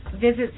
visits